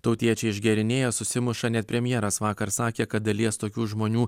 tautiečiai išgėrinėja susimuša net premjeras vakar sakė kad dalies tokių žmonių